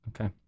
Okay